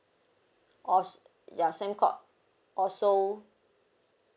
ya Sembcorp also